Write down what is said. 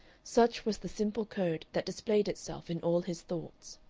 such was the simple code that displayed itself in all his thoughts.